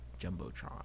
Jumbotron